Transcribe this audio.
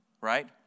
right